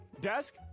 Desk